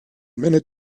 minute